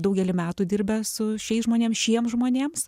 daugelį metų dirbęs su šiais žmonėm šiems žmonėms